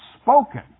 spoken